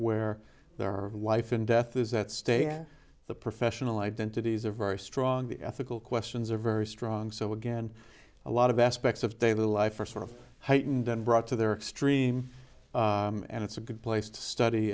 where there are life and death is that stay at the professional identities are very strong the ethical questions are very strong so again a lot of aspects of daily life are sort of heightened and brought to their extreme and it's a good place to study